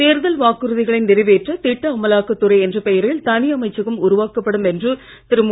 தேர்தல் வாக்குறுதிகளை நிறைவேற்ற திட்ட அமலாக்கத் துறை என்ற பெயரில் தனி அமைச்சகம் உருவாக்கப்படும் என்று திரு மு